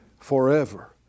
Forever